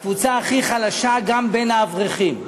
הקבוצה הכי חלשה גם בין האברכים,